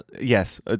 yes